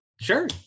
Sure